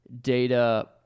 data